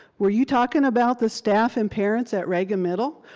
were you talking about the staff and parents at reagan middle?